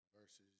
versus